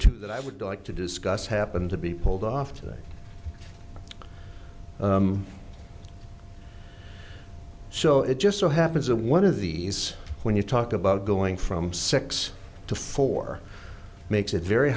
two that i would like to discuss happen to be pulled off today so it just so happens that one of these when you talk about going from six to four makes it very